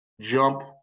jump